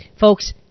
folks